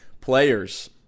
players